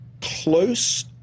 close